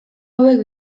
hauek